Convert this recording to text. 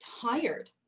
tired